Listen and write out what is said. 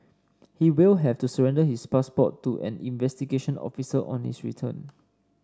he will have to surrender his passport to an investigation officer on his return